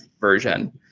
version